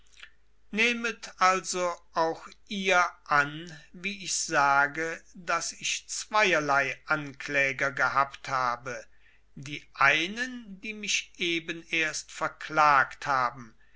nehmet also auch ihr an wie ich sage daß ich zweierlei ankläger gehabt habe die einen die mich eben erst verklagt haben